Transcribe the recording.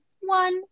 one